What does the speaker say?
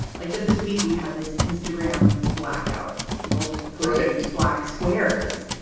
like just this week we had this instagram blackout. people just parading black squares.